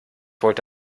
wollte